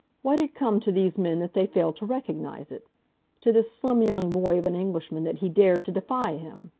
what had come to these men that they failed to recognise it to this slim young boy of an englishman that he dared to defy him?